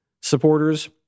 supporters